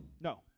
No